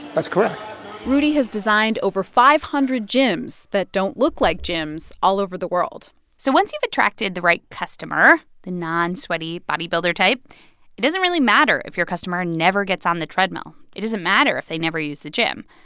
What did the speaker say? that's correct rudy has designed over five hundred gyms that but don't look like gyms all over the world so once you've attracted the right customer the non-sweaty bodybuilder type it doesn't really matter if your customer never gets on the treadmill. it doesn't matter if they never use the gym.